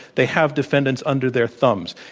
they have defendants under their thumbs.